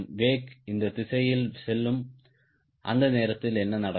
வெக் இந்த திசையில் செல்லும் அந்த நேரத்தில் என்ன நடக்கும்